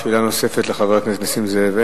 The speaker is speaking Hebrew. שאלה נוספת לחבר הכנסת נסים זאב?